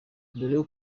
dore